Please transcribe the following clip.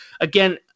Again